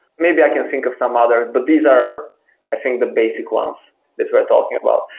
maybe i can think of some others, but these are i think the basic ones that we're talking about.